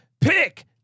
pick